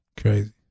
Crazy